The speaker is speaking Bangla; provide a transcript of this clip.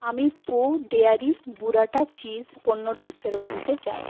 আমি প্রো ডেয়ারি বুরাটা চিজ পণ্যটি ফেরত দিতে চাই